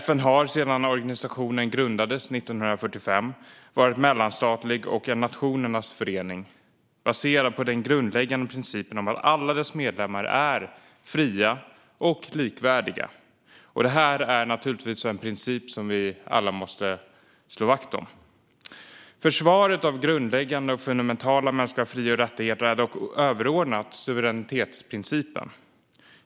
FN har sedan organisationen grundades 1945 varit mellanstatlig och en nationernas förening, baserad på den grundläggande principen att alla dess medlemmar är fria och likvärdiga. Det är naturligtvis en princip som vi alla måste slå vakt om. Försvaret av grundläggande och fundamentala mänskliga fri och rättigheter är dock överordnat suveränitetsprincipen.